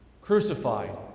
crucified